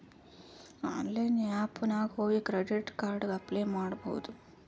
online app ನಾಗ್ ಹೋಗಿ credit card ಗ ಅಪ್ಲೈ ಮಾಡ್ಬೋದು